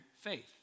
faith